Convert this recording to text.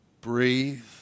breathe